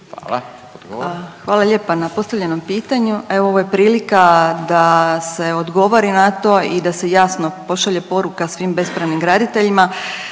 Dunja** Hvala lijepa na postavljenom pitanju. Evo, ovo je prilika da se odgovori na to i da se jasno pošalje poruka svim bespravnim graditeljima